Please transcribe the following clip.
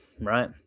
right